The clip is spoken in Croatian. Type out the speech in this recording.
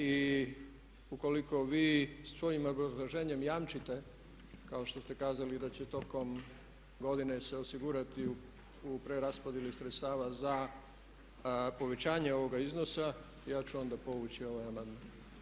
I ukoliko vi svojim obrazloženjem jamčite kao što ste kazali da će tokom godine se osigurati u preraspodjeli sredstava za povećanje ovoga iznosa ja ću onda povući ovaj amandman.